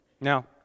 Now